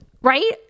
Right